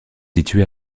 situé